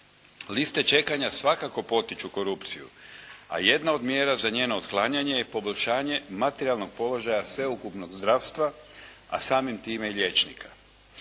Liste čekanja svakako potiču korupciju, a jedna od mjera za njeno otklanjanje je poboljšanje materijalnog položaja sveukupnog zdravstva, a samim time liječnika.